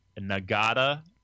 Nagata